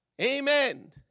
Amen